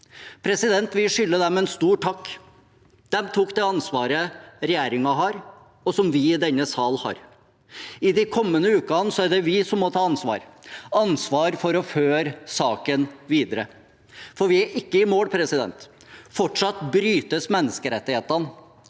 troen. Vi skylder dem en stor takk. De tok det ansvaret regjeringen har, og som vi i denne sal har. I de kommende ukene er det vi som må ta ansvar for å føre saken videre, for vi er ikke i mål – fortsatt brytes menneskerettighetene,